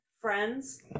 friends